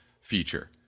feature